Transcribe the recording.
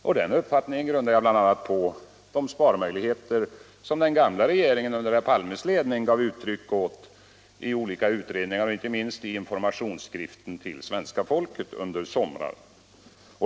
Och den uppfattningen grundar jag bl.a. på de sparmöjligheter den gamla regeringen, under herr Palmes ledning, gav uttryck för i olika utredningar — och inte minst i informationsskriften till svenska folket under sommaren.